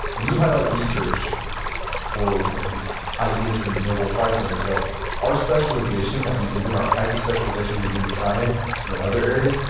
and you highlight research or you know just ideas from nobel prize winners that our specialization that we've been doing, our hyper specialization we've been doing in science and in other areas,